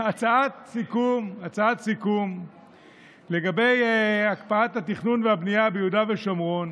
הצעת סיכום לגבי הקפאת התכנון והבנייה ביהודה ושומרון